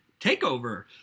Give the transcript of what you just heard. takeover